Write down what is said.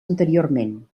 anteriorment